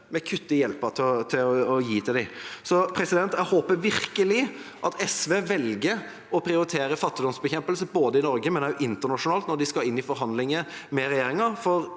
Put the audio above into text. Vi kutter i hjelpen vi gir til dem. Jeg håper virkelig at SV velger å prioritere fattigdomsbekjempelse både i Norge og internasjonalt når de skal inn i forhandlinger med regjeringa,